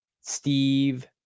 Steve